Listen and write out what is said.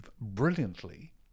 brilliantly